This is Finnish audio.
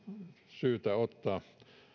syytä ottaa